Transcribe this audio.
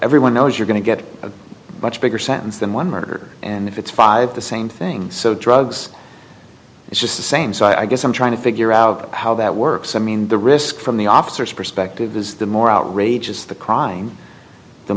everyone knows you're going to get a much bigger sentence than one murder and if it's five the same thing so drugs is just the same so i guess i'm trying to figure out how that works i mean the risk from the officers perspective is the more outrageous the crying the